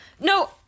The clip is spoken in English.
No